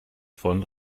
von